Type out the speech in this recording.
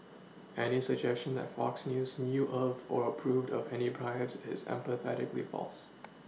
any suggestion that Fox news knew of or approved of any bribes is emphatically false